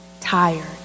tired